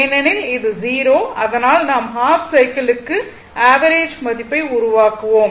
ஏனெனில் இது 0 அதனால் நாம் ஹாஃப் சைக்கிள் க்கு ஆவரேஜ் மதிப்பை உருவாக்குவோம்